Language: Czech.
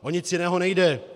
O nic jiného nejde.